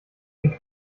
denn